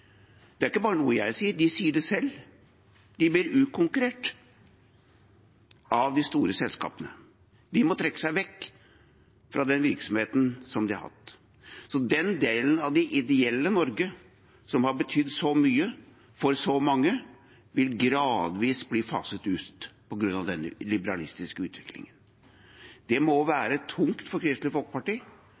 Det er ikke bare noe jeg sier. De sier det selv. De blir utkonkurrert av de store selskapene. De må trekke seg vekk fra den virksomheten som de har hatt. Den delen av det ideelle Norge, som har betydd så mye for så mange, vil gradvis bli faset ut på grunn av den liberalistiske utviklingen. Det må være tungt for Kristelig Folkeparti.